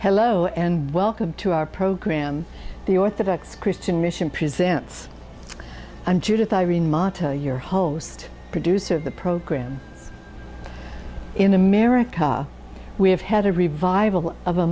hello and welcome to our program the orthodox christian mission presents i'm judith i remodel your host producer the program in america we have had a revival of a